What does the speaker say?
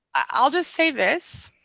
i'll just say this.